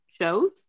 shows